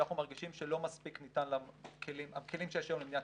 שאנחנו מרגישים שהכלים שיש היום למדינת